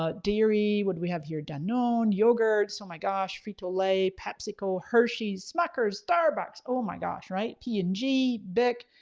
ah dairy would we have here? danone yogurt, oh so my gosh frito-lay, pepsico, hershey, smucker's, starbucks, oh my gosh, right? p and g, bic,